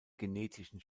genetischen